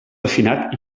refinat